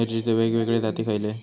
मिरचीचे वेगवेगळे जाती खयले?